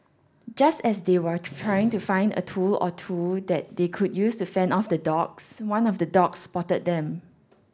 just as they were trying to find a tool or two that they could use to fend off the dogs one of the dogs spotted them